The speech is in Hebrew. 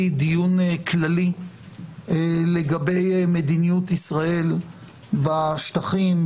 דיון כללי לגבי מדיניות ישראל בשטחים,